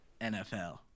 NFL